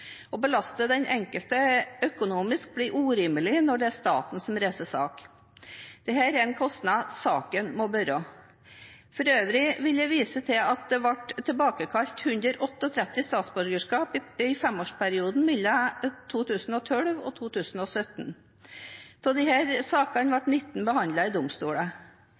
Å belaste den enkelte økonomisk blir urimelig når det er staten som reiser sak. Dette er en kostnad staten må bære. For øvrig vil jeg vise til at det ble tilbakekalt 138 statsborgerskap i femårsperioden mellom 2012 og 2017. Av disse sakene var 19 behandlet i